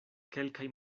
kelkaj